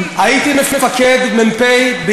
מ"פ,